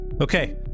Okay